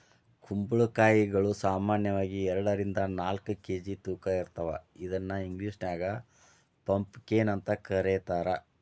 ಕುಂಬಳಕಾಯಿಗಳು ಸಾಮಾನ್ಯವಾಗಿ ಎರಡರಿಂದ ನಾಲ್ಕ್ ಕೆ.ಜಿ ತೂಕ ಇರ್ತಾವ ಇದನ್ನ ಇಂಗ್ಲೇಷನ್ಯಾಗ ಪಂಪಕೇನ್ ಅಂತ ಕರೇತಾರ